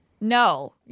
No